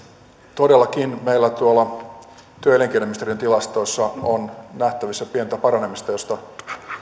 todellakin meillä tuolla työ ja elinkeinoministeriön tilastoissa on nähtävissä pientä paranemista josta